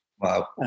Wow